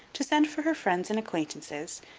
to send for her friends and acquaintances,